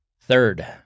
Third